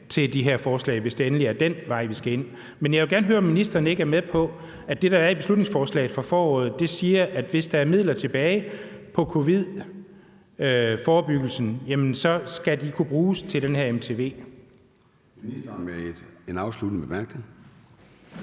af de her forslag, hvis det endelig er den vej, vi skal ind på. Men jeg vil gerne høre, om ministeren ikke er med på, at det, der er i beslutningsforslaget fra foråret, siger, at hvis der er midler tilbage fra covid-forebyggelsen, skal de kunne bruges til den her